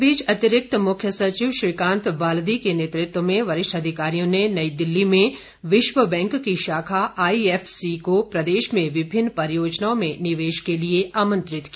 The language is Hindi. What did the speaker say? इस बीच अतिरिक्त मुख्य सचिव श्रीकांत बाल्दी के नेतृत्व में वरिष्ठ अधिकारियों ने नई दिल्ली में प्रदेश में विभिन्न परियोजनाओं में निवेश के लिए आमंत्रित किया